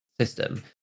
system